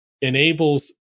enables